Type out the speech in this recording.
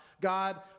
God